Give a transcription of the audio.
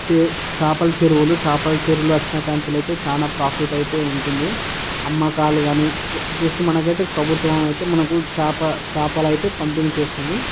చే చేపల చెరువులో చేపల చెరువులో వచ్చిన కాడి నుంచి అయితే చాలా ప్రాఫిట్ అయితే ఉంటుంది అమ్మకాలు కానీ జస్ట్ మనకైతే ప్రభుత్వం అయితే మనకు చేప చేపలు అయితే పంపిణీ చేస్తుంది